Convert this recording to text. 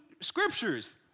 scriptures